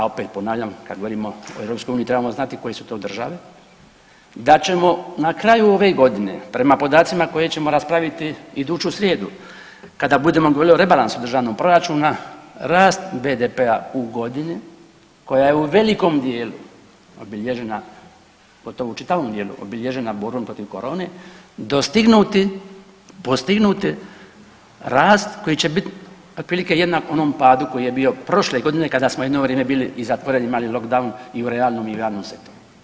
A opet ponavljam kada govorimo o Europskoj uniji trebamo znati koje su to države, da ćemo na kraju ove godine prema podacima koje ćemo raspraviti iduću srijedu kada budemo govorili o rebalansu državnog proračuna rast BDP-a u godini koja je u velikom dijelu obilježena gotovo čitavom dijelu obilježena borbom protiv korone dostignuti, postignuti rast koji će biti otprilike jednak onom padu koji je bio prošle godine kada smo jedno vrijeme bili i zatvoreni, imali lock down i u realnom i u javnom sektoru.